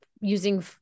using